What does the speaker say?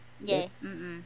Yes